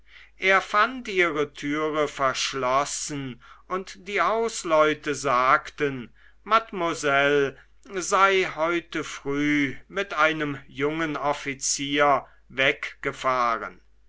er fand ihre türe verschlossen und die hausleute sagten mademoiselle sei heute früh mit einem jungen offizier weggefahren